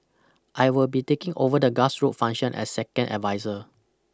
I will be taking over the grassroots function as second adviser